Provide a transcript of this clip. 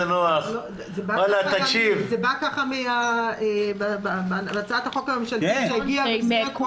זה בא ככה בהצעת החוק הממשלתית שהגיעה במסגרת חוק ההסדרים.